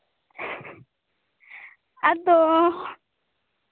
ᱟᱫᱚ